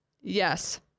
Yes